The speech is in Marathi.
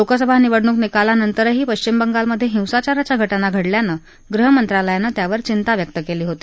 लोकसभा निवडणूक निकालानंतरही पश्चिम बंगालमधहिंसाचाराच्या घटना घडल्यानं गृहमंत्रालयानं त्यावर चिंता व्यक्त क्ली होती